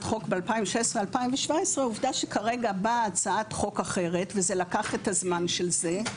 חוק ב-2016-2017 עובדה שכרגע באה הצעת חוק אחרת וזה לקח את הזמן של זה,